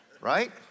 right